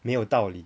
没有道理